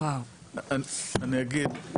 אני אגיד,